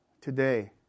today